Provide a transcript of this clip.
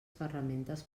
ferramentes